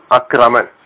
akraman